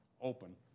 open